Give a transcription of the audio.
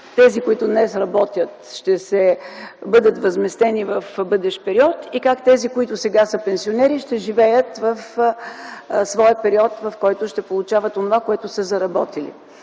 тези, които днес работят, ще бъдат възмездени в бъдещ период, и как тези, които сега са пенсионери, ще живеят в своя период, в който ще получават онова, което са заработили.